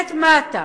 ממשלת מה אתה?